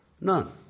None